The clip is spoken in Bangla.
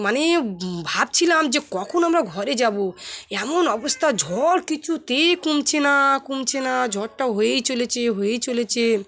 মানে ভাবছিলাম যে কখন আমরা ঘরে যাব এমন অবস্থা ঝড় কিছুতেই কমছে না কমছে না ঝড়টা হয়েই চলেছে হয়েই চলেছে